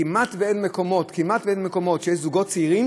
כמעט אין מקומות שיש בהם זוגות צעירים